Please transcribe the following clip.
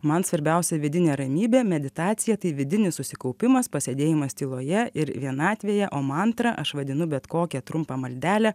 man svarbiausia vidinė ramybė meditacija tai vidinis susikaupimas pasėdėjimas tyloje ir vienatvėje o mantra aš vadinu bet kokią trumpą maldelę